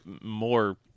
more